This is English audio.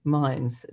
minds